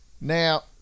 Now